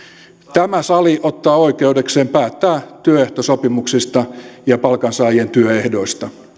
tämä sali ottaa oikeudekseen päättää työehtosopimuksista ja palkansaajien työehdoista